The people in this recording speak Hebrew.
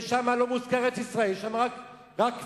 ושם לא מוזכרת ארץ-ישראל, יש שם רק פלסטין.